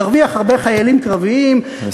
תאמינו לי שהצבא ירוויח חיילים קרביים משכילים,